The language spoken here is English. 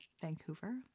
Vancouver